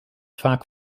vaak